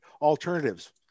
alternatives